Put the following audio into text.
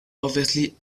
obviously